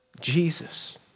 Jesus